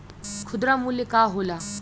खुदरा मूल्य का होला?